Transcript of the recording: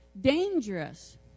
dangerous